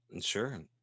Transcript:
Sure